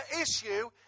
issue